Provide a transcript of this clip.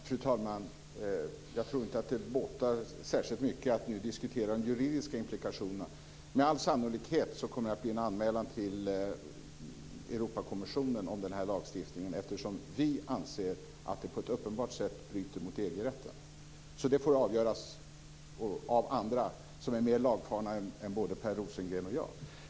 Fru talman! Jag tror inte att det båtar särskilt mycket att nu diskutera de juridiska implikationerna. Med all sannolikhet kommer det att bli en anmälan till EG-kommissionen om den här lagstiftningen, eftersom vi anser att den på ett uppenbart sätt bryter mot EG-rätten. Detta får alltså avgöras av andra som är mer lagfarna än både Per Rosengren och jag.